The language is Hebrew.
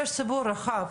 יש ציבור רחב,